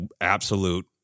absolute